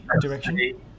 direction